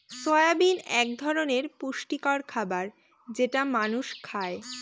soybean এক ধরনের পুষ্টিকর খাবার যেটা মানুষ খায়